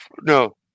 no